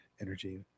energy